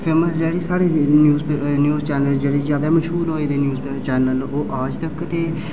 famous जेह्ड़ी news channel जेह्ड़े ज्यादा मश्हूर होए दे न ओह् आजतक ते